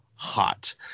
Hot